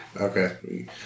Okay